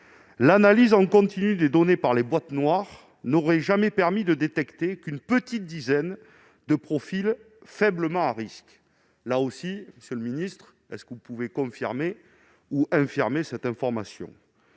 L'analyse en continu des données par les boîtes noires n'aurait jamais permis de détecter qu'une petite dizaine de profils faiblement à risque. Là encore, monsieur le ministre, pouvez-vous infirmer ou confirmer cette information ?